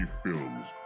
films